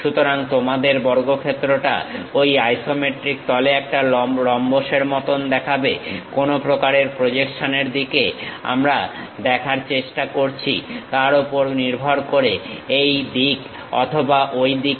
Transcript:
সুতরাং তোমাদের বর্গক্ষেত্রটা ঐ আইসোমেট্রিক তলে একটা রম্বসের মতন দেখাবে কোন প্রকারের প্রজেকশনের দিকে আমরা দেখার চেষ্টা করছি তার ওপর নির্ভর করে হয় এই দিকে অথবা ঐ দিকে